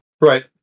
Right